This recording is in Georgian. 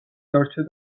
დარჩა